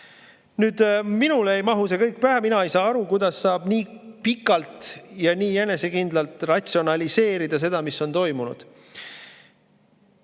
Minule ei mahu see kõik pähe, mina ei saa aru, kuidas saab nii pikalt ja nii enesekindlalt ratsionaliseerida seda, mis on toimunud.